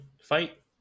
fight